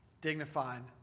dignified